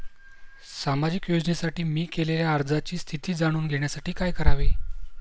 सामाजिक योजनेसाठी मी केलेल्या अर्जाची स्थिती जाणून घेण्यासाठी काय करावे?